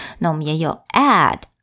那我们也有add